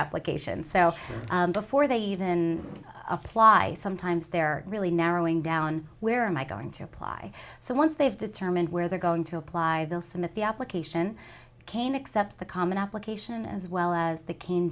application so before they even apply sometimes they're really narrowing down where am i going to apply so once they've determined where they're going to apply they'll submit the application came except the com application as well as the kin